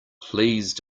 please